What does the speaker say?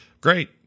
Great